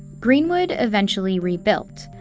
greenwood eventually rebuilt.